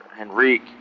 Henrique